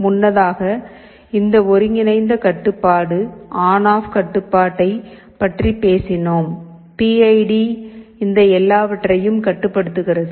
முன்னதாக இந்த ஒருங்கிணைந்த கட்டுப்பாடு ஆன் ஆஃப் கட்டுப்பாட்டைப் பற்றி பேசினோம் பிஐடி இந்த எல்லாவற்றையும் கட்டுப்படுத்துகிறது